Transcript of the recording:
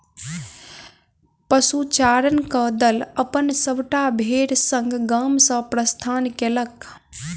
पशुचारणक दल अपन सभटा भेड़ संग गाम सॅ प्रस्थान कएलक